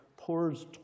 pours